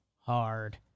hard